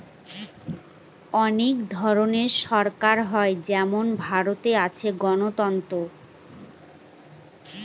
অনেক ধরনের সরকার হয় যেমন ভারতে আছে গণতন্ত্র